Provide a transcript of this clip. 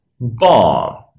Bomb